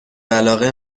علاقه